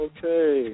Okay